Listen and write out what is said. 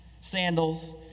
sandals